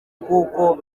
kuko